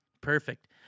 Perfect